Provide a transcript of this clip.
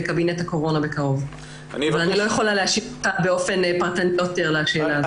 בקבינט הקורונה בקרוב ואני לא יכולה להשיב באופן פרטני יותר לשאלה הזו.